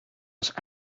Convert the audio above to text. was